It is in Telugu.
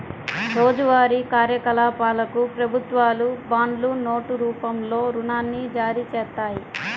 రోజువారీ కార్యకలాపాలకు ప్రభుత్వాలు బాండ్లు, నోట్ రూపంలో రుణాన్ని జారీచేత్తాయి